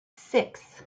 six